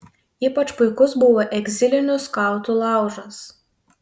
ypač puikus buvo egzilinių skautų laužas